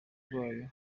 rwayo